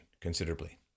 considerably